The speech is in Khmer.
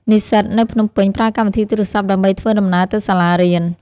និស្សិតនៅភ្នំពេញប្រើកម្មវិធីទូរសព្ទ ដើម្បីធ្វើដំណើរទៅសាលារៀន។